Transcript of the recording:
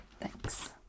thanks